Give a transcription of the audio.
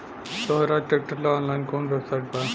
सोहराज tractor ला online कोउन website बा?